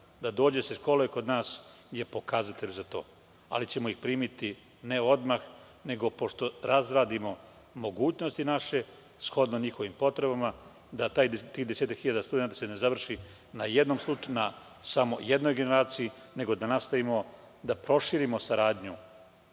da dođe da se školuje kod nas je pokazatelj za to, ali ćemo ih primiti, ne odmah, nego pošto razradimo naše mogućnosti, shodno njihovim potrebama, da se tih desetak hiljada studenata ne završi na samo jednoj generaciji, nego da nastavimo da proširimo saradnju